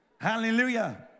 Hallelujah